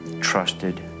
trusted